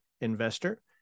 investor